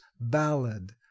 ballad